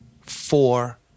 Four